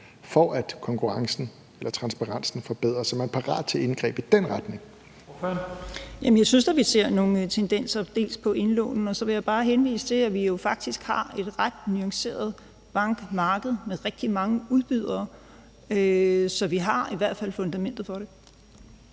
næstformand (Leif Lahn Jensen): Ordføreren. Kl. 19:35 Helle Bonnesen (KF): Jamen jeg synes da, at vi ser nogle tendenser, også på indlånene. Og så vil jeg bare henvise til, at vi jo faktisk har et ret nuanceret bankmarked med rigtig mange udbydere. Så vi har i hvert fald fundamentet for det.